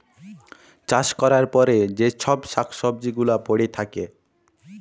চাষ ক্যরার পরে যে চ্ছব শাক সবজি গুলা পরে থাক্যে